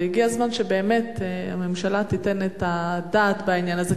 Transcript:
והגיע הזמן שבאמת הממשלה תיתן את הדעת לעניין הזה,